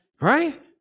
Right